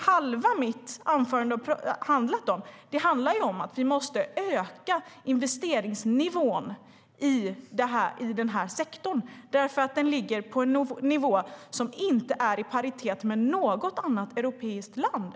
Halva mitt anförande handlade om att vi måste öka investeringsnivån i denna sektor, för den ligger på en nivå som inte är i paritet med något annat europeiskt land.